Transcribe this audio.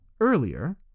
Earlier